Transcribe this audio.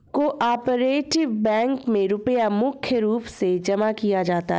को आपरेटिव बैंकों मे रुपया मुख्य रूप से जमा किया जाता है